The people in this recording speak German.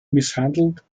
misshandelt